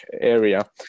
area